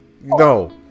No